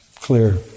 clear